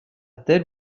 telle